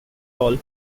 all